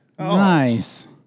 Nice